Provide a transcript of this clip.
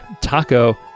Taco